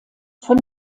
von